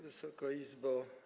Wysoka Izbo!